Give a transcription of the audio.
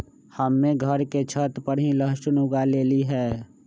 हम्मे घर के छत पर ही लहसुन उगा लेली हैं